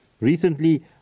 Recently